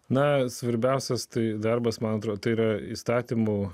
na svarbiausias tai darbas mantra tai yra įstatymų